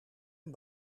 een